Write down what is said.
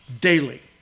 daily